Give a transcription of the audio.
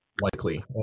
likely